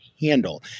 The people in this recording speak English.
handle